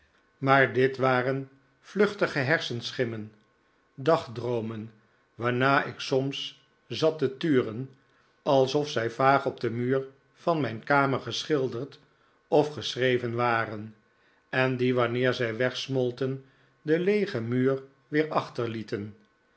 maar dit waren eenen vluchtige hersenschimmen dagdroomen waarnaar ik soms zat te turen alsof zij vaag op den muur van mijn kamer geschilderd of geschreven waren en die wanneer zij wegsmolten den leegen muur weer achterlieten